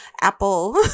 Apple